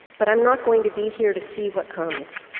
but i'm not going to be here to see what comes.